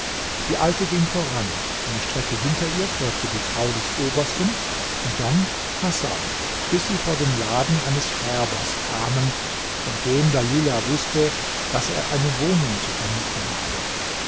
die alte ging voran eine strecke hinter ihr folgte die frau des obersten und dann hasan bis sie vor den laden eines färbers kamen von dem dalilah wußte daß er eine wohnung zu vermieten habe